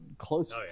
close